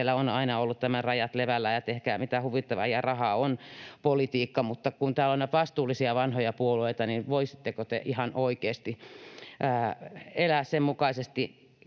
siellä on aina ollut tämä ”rajat levällään ja tehkää, mitä huvittaa, ja rahaa on” ‑politiikka — mutta kun täällä on näitä vastuullisia vanhoja puolueita, niin voisitteko te ihan oikeasti elää sen mukaisesti